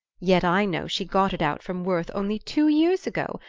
yet i know she got it out from worth only two years ago,